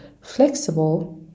flexible